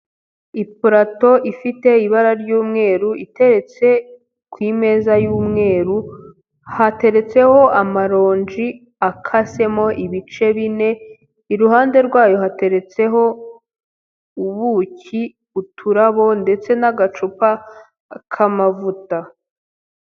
Ipurato ifite ibara ry'umweru, iteretse ku imeza y'umweru, hateretseho amaronji akasemo ibice bine, iruhande rwayo hateretseho ubuki, uturabo ndetse n'agacupa k'amavuta.